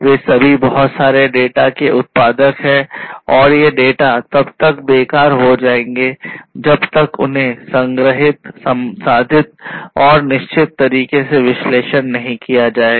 वे सभी बहुत सारे डेटा के उत्पादक है और ये डेटा तब तक बेकार हो जाएंगे जब तक उन्हें संग्रहीत संसाधित और निश्चित तरीके से विश्लेषण नहीं किया जाता है